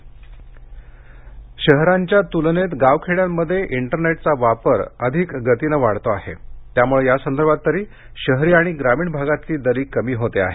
internet शहरांच्या तुलनेत गाव खेड्यांमध्ये इंटरनेटचा वापर अधिक गतीनं वाढतो आहे त्यामुळे यासंदर्भात तरी शहरी आणि ग्रामीण भागातली दरी कमी होते आहे